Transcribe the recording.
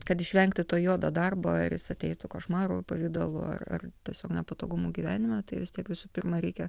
kad išvengti to juodo darbo ir jis ateitų košmaro pavidalu ar tiesiog nepatogumu gyvenime tai vis tiek visų pirma reikia